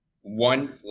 one